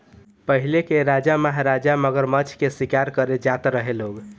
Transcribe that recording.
पहिले के राजा महाराजा मगरमच्छ के शिकार करे जात रहे लो